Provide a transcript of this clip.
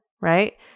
right